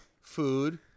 food